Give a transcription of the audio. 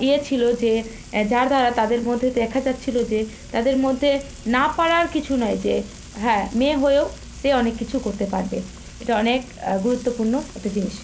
ইয়ে ছিলো যে যার দ্বারা তাদের মধ্যে দেখে যাচ্ছিলো যে তাদের মধ্যে না পারার কিছু নয় যে হ্যাঁ মেয়ে হয়েও সে অনেক কিছু করতে পারবে এটা অনেক গুরুত্বপূর্ণ একটা জিনিস